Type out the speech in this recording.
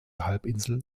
halbinsel